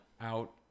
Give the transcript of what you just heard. out